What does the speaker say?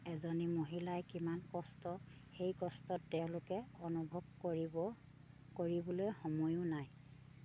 এজনী মহিলাই কিমান কষ্ট সেই কষ্টত তেওঁলোকে অনুভৱ কৰিবলৈ সময়ো নাই